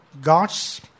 gods